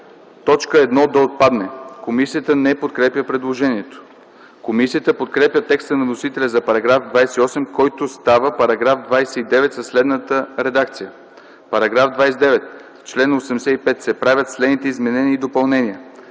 – т. 1 да отпадне. Комисията не подкрепя предложението. Комисията подкрепя текста на вносителя за § 28, който става § 29 със следната редакция: „§ 29. В чл. 85 се правят следните изменения и допълнения: